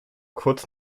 kurz